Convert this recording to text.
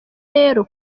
rero